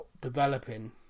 developing